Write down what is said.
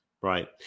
right